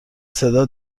صدا